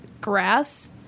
grass